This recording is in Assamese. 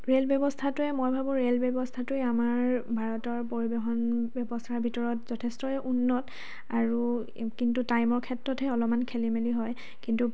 ৰে'ল ব্যৱস্থাটোৱে মই ভাবোঁ ৰেল ব্যৱস্থাটোৱে আমাৰ ভাৰতৰ পৰিবহণ ব্যৱস্থাৰ ভিতৰত যথেষ্টই উন্নত আৰু কিন্তু টাইমৰ ক্ষেত্ৰতহে অলপমান খেলি মেলি হয় কিন্তু